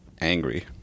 angry